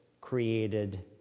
created